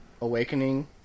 Awakening